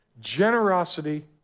generosity